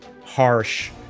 harsh